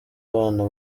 abana